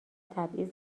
تبعیض